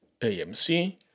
AMC